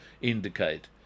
indicate